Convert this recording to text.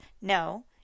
No